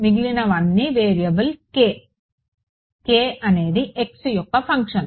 మిగిలినవన్నీ variable k k అనేది x యొక్క ఫంక్షన్